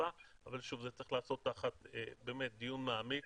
בתעופה אבל שוב, זה צריך להיעשות תחת דיון מעמיק